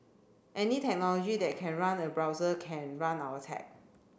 any technology that can run a browser can run our tech